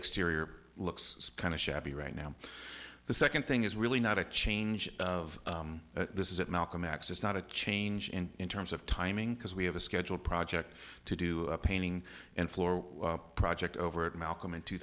exterior looks kind of shabby right now the second thing is really not a change of this is it malcolm x it's not a change in in terms of timing because we have a scheduled project to do a painting and floor project over at malcolm in two